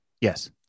Yes